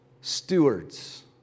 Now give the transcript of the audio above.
stewards